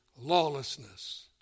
lawlessness